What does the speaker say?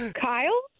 Kyle